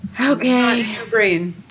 Okay